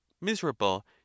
miserable